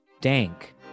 Dank